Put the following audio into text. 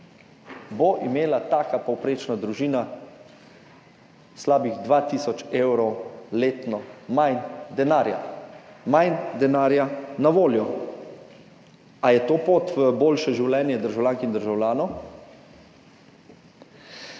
bo imela taka povprečna družina slabih 2 tisoč evrov letno manj denarja, manj denarja na voljo. Ali je to pot v boljše življenje državljank in državljanov?